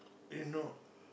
eh no